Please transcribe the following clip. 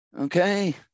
okay